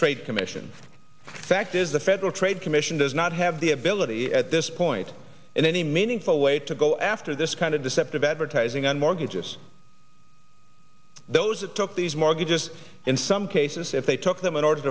trade commission fact is the federal trade commission does not have the ability at this point in any meaningful way to go after this kind of deceptive advertising on mortgages those that took these mortgages in some cases if they took them in order